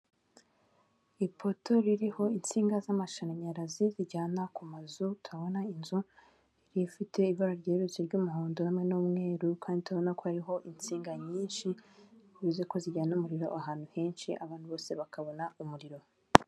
Ipoto ririho insinga z'amashanyarazi zijyana ku mazu turabona inzu rifite ibara ryerutse ry'umuhondo, hamwe n'umweru, kandi turabona ko hariho insinga nyinshi, bivuze ko zijyana umuriro ahantu henshi abantu bose bakabona umuriro.